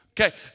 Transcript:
Okay